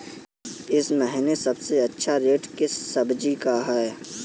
इस महीने सबसे अच्छा रेट किस सब्जी का है?